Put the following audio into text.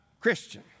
Christian